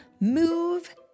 move